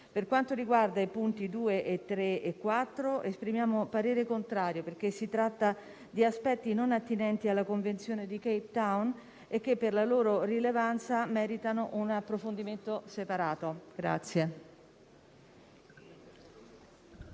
Per quanto riguarda i punti 2, 3 e 4 del dispositivo, esprimiamo parere contrario, perché si tratta di aspetti non attinenti alla Convenzione di Cape Town e che, per la loro rilevanza, meritano un approfondimento separato.